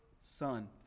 Son